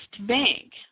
Bank